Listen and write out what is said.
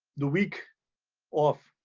the week of